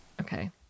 okay